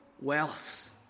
wealth